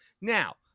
Now